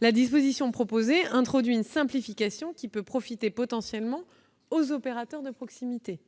La mesure proposée introduit une simplification qui peut profiter potentiellement aux opérateurs de proximité.